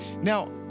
Now